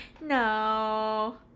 No